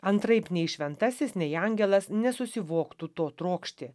antraip nei šventasis nei angelas nesusivoktų to trokšti